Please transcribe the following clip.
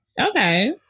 Okay